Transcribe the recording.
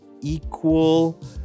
equal